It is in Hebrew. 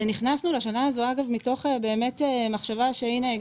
ונכנסנו לשנה הזו מתוך מחשבה שהנה,